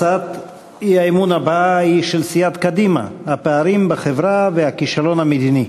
הצעת האי-אמון הבאה היא של סיעת קדימה: הפערים בחברה והכישלון המדיני.